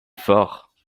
forts